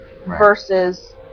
versus